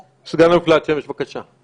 סגן אלוף להט שמש, בבקשה.